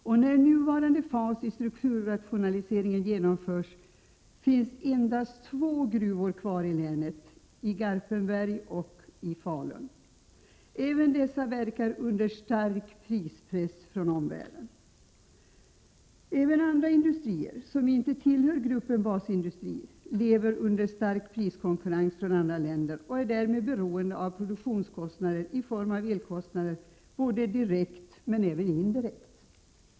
Och när nuvarande fas i strukturrationaliseringen genomförts finns endast två gruvor kvar i länet, Garpenbergs och Falu gruvor. Även dessa verkar under stark prispress från omvärlden. Också industrier som inte tillhör gruppen basindustri lever under stark priskonkurrens från andra länder och är därmed beroende av produktionskostnaderna i form av elkostnader, såväl direkt som indirekt.